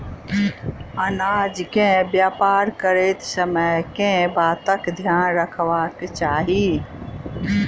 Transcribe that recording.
अनाज केँ व्यापार करैत समय केँ बातक ध्यान रखबाक चाहि?